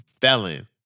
felon